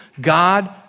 God